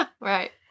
right